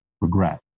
regret